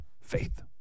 Faith